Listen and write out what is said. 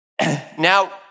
now